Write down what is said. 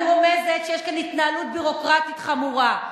אני רומזת שיש כאן התנהלות ביורוקרטית חמורה.